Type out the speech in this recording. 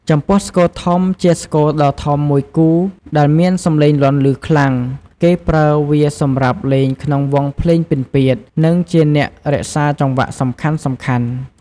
ចំពោះស្គរធំ ជាស្គរដ៏ធំមួយគូ ដែលមានសំឡេងលាន់ឮខ្លាំង គេប្រើវាសម្រាប់លេងក្នុងវង់ភ្លេងពិណពាទ្យ និងជាអ្នករក្សាចង្វាក់សំខាន់ៗ។